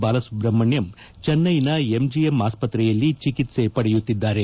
ಬಾಲಸುಬ್ರಹ್ಮಣ್ಯಂ ಚಿನ್ನೈನ ಎಂಜಿಎಂ ಆಸ್ಪತ್ರೆಯಲ್ಲಿ ಚಿಕಿತ್ಸೆ ಪಡೆಯುತ್ತಿದ್ದಾರೆ